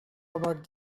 about